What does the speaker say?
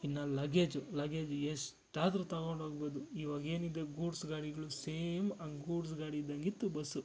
ಇನ್ನು luggage luggage ಎಷ್ಟಾದ್ರೂ ತಗೊಂಡು ಹೋಗ್ಬೋದು ಇವಾಗ ಏನಿದೆ ಗೂಡ್ಸ್ ಗಾಡಿಗಳು ಸೇಮ್ ಹಂಗ್ ಗೂಡ್ಸ್ ಗಾಡಿ ಇದ್ದಾಗಿತ್ತು ಬಸ್ಸು